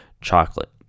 chocolate